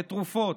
לתרופות.